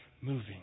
moving